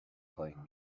playing